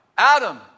Adam